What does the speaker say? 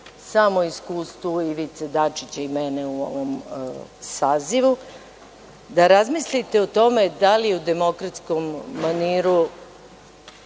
samo iskustvu Ivice Dačića i mene u ovom sazivu, da razmislite o tome da li u demokratskom maniru